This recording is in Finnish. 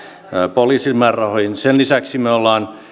poliisin määrärahoihin sen lisäksi me olemme